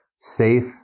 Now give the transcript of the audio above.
safe